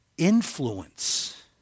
influence